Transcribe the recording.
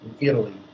Italy